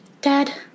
Dad